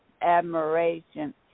admiration